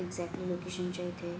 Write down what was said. exactly लोकेशनच्या इथे